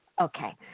Okay